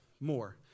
more